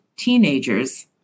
teenagers